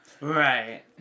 Right